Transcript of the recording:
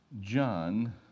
John